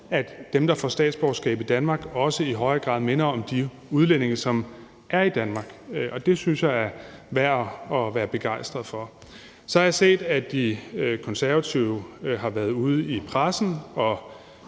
at dem, der får statsborgerskab i Danmark, også i højere grad minder om de udlændinge, som er i Danmark, og det synes jeg er værd at være begejstret for. Så har jeg set, at De Konservative har været ude i pressen at